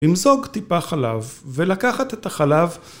אמזוג טיפה חלב, ‫ולקחת את החלב...